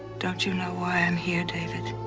don't you know why i'm here, david?